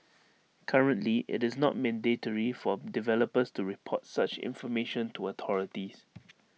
currently IT is not mandatory for developers to report such information to authorities